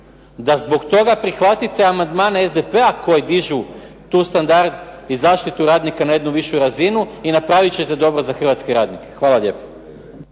da zbog prihvatite amandmane SDP-a koji dižu tu standard i zaštitu radnika na jednu višu razinu i napravit ćete dobro za hrvatske radnike. Hvala lijepo.